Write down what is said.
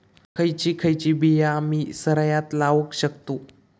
खयची खयची बिया आम्ही सरायत लावक शकतु?